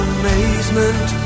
amazement